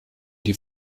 die